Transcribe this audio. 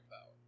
power